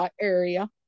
area